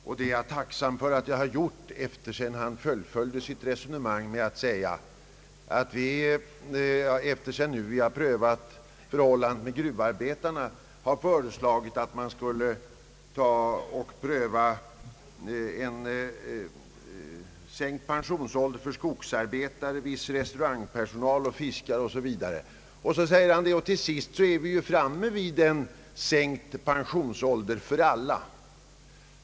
Jag är tacksam för om så har skett sedan han nu fullföljt sitt resonemang med att säga att man, sedan gruvarbetarnas pensionsförhållanden har prövats, har föreslagit att man skulle pröva frågan om sänkt pensionsålder för skogsarbetare, viss restaurangpersonal, fiskare osv. Han säger att vi till sist är framme vid en sänkt pensionsålder för alla.